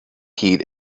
heed